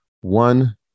one